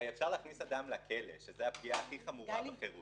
הרי אפשר להכניס אדם לכלא וזו הפגיעה הכי חמורה בחירות,